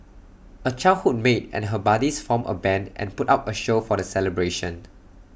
A childhood mate and her buddies formed A Band and put up A show for the celebration